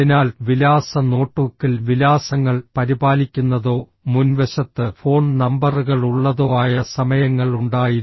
അതിനാൽ വിലാസ നോട്ട്ബുക്കിൽ വിലാസങ്ങൾ പരിപാലിക്കുന്നതോ മുൻവശത്ത് ഫോൺ നമ്പറുകൾ ഉള്ളതോ ആയ സമയങ്ങളുണ്ടായിരുന്നു